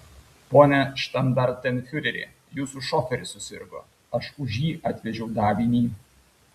pone štandartenfiureri jūsų šoferis susirgo aš už jį atvežiau davinį